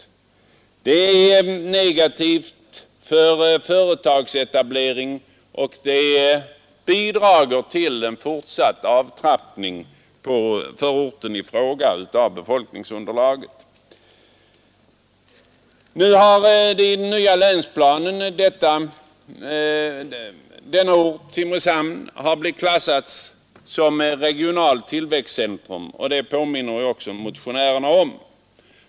Det är negativt för företagsetablering, och det bidrager till fortsatt avtappning av befolkningsunderlaget. Nu har Simrishamn i den nya länsplanen klassats som regionalt tillväxteentrum. Detta påminner också motionärerna om.